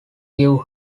give